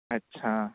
ਅੱਛਾ